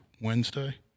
Wednesday